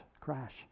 crash